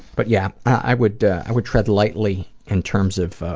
but yeah, i would i would tread lightly in terms of